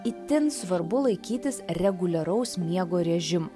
itin svarbu laikytis reguliaraus miego režimo